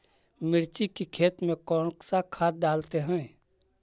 मिर्ची के खेत में कौन सा खाद डालते हैं?